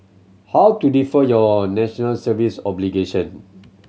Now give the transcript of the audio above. how to defer your National Service obligation